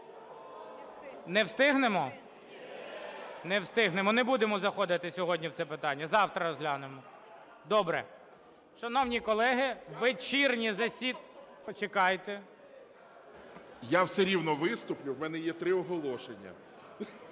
Не встигнемо? Не встигнемо, не будемо заходити сьогодні в це питання, завтра розглянемо. Добре. Шановні колеги, вечірнє засідання... Почекайте. 18:00:10 СТЕФАНЧУК Р.О. Я все рівно виступлю, в мене є три оголошення.